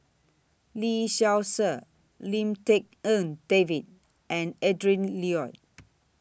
Lee Seow Ser Lim Tik En David and Adrin Loi